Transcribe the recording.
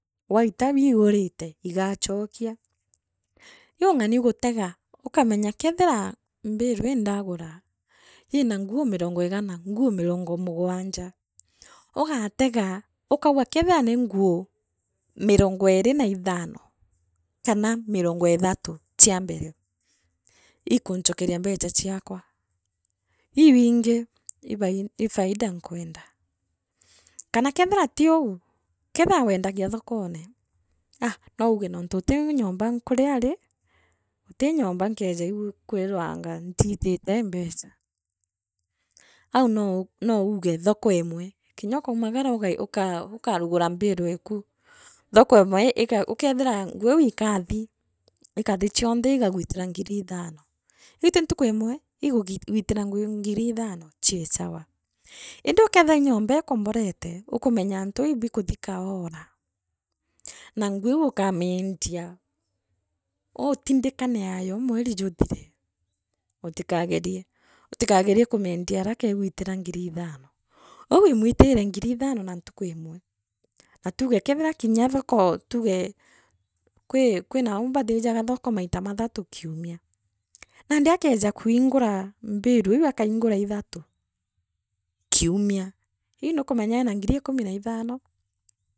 Watu bii urite igachokia, riu ng’ani gutega kethira mbiru ii ndagura iina ngu mirongo igana nguu mirongo mugwanja, uugatege ukauga kathira nii nguu mirongo iiri na ithano. kana mirongo ithatu chia mbere ikunchokeria mbecha chiakwa. Iu ingi ii bai ii faida nkwenda kana kethira ti uu kethaa wendagia thokone. aah no uge jontu guti nyomba nkuria rii guti nyomba nkuria rii guti nyomba nkeeja akwirwa angaa ntiitite mbecha au nou nouge thoko imwe ika ukethirwa nguu iu ikathi ikathi chionthe igagwitira ngiri ika ukethirwa nguu iu ikathi ikathi chionthe igagwitira ngiri ithano iu ti ntuku imwe igugwitira ngu ngiri chi sawa indi ukethirwa ii nyumba ukomborete ukamenya into bii ibikuthika kaona na nguu iu ukamiendia utindi kaneayo mweri juthire utikagerie utikagerie kumiendia araka igwitira ngiri ithano uu imwitire ngiri ithano na ntuku imwe na tugo kethira kinya thoko tuge kwi kwirau baathijaga thoko maita mathatu kiumia nandi akeeja kwingura mbiru iu akangura ithatu kiumia iu nukumenya eena ngiri ikumi na ithano.